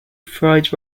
fried